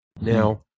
Now